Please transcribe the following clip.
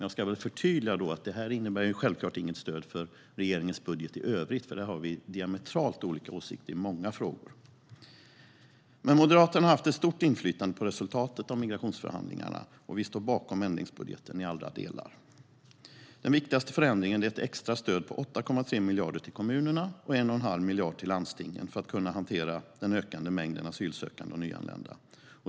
Jag ska förtydliga att det här självklart inte innebär ett stöd för regeringens budget i övrigt, för där har vi diametralt olika åsikter i många frågor. Moderaterna har haft ett stort inflytande på resultatet av migrationsförhandlingarna, och vi står bakom ändringsbudgeten i alla delar. Den viktigaste förändringen är ett extra stöd på 8,3 miljarder till kommunerna och 1,5 miljard till landstingen för att hantera den ökande mängden asylsökande och nyanlända.